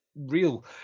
real